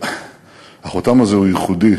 החותם הזה הוא ייחודי.